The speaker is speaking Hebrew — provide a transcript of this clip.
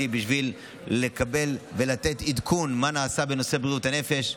בשביל לקבל ולתת עדכון מה נעשה בנושא בריאות הנפש,